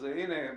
הינה,